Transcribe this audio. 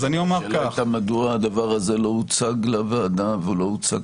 השאלה הייתה מדוע הדבר הזה לא הוצג לוועדה ולא הוצג